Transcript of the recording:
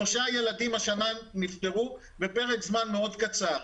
שלושה ילדים נפטרו השנה בתוך פרק זמן מאוד קצר.